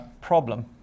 problem